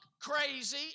crazy